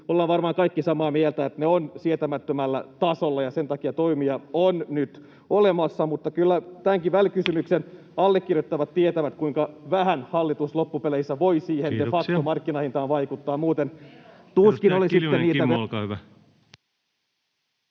ollaan varmaan kaikki samaa mieltä, että ne ovat sietämättömällä tasolla, ja sen takia toimia on nyt olemassa. Mutta kyllä tämänkin välikysymyksen allekirjoittajat tietävät, kuinka vähän hallitus loppupeleissä voi siihen de facto markkinahintaan vaikuttaa. [Leena